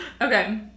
Okay